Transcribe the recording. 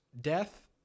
death